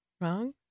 wrong